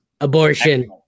abortion